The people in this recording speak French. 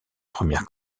première